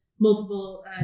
multiple